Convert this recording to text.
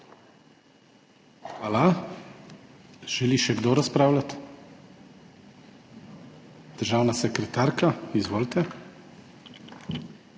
Hvala. Želi še kdo razpravljati? Državna sekretarka, izvolite.